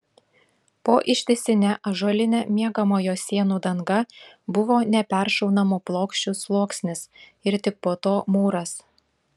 po ištisine ąžuoline miegamojo sienų danga buvo neperšaunamų plokščių sluoksnis ir tik po to mūras